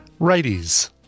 righties